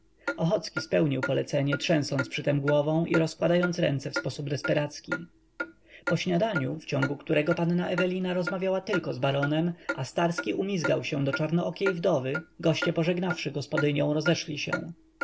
ochocki spełnił zlecenie trzęsąc przytem głową i rozkładając ręce w sposób desperacki po śniadaniu w ciągu którego panna ewelina rozmawiała tylko z baronem a starski umizgał się do czarnookiej wdowy goście pożegnawszy gospodynią rozeszli się